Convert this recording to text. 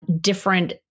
different